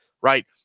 Right